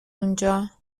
اونجا